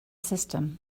system